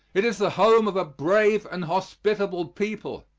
it is the home of a brave and hospitable people.